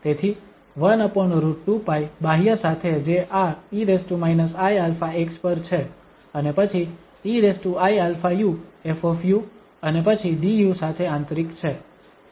તેથી 1√2π બાહ્ય સાથે જે આ e iαx પર છે અને પછી eiαu ƒ અને પછી du સાથે આંતરિક છે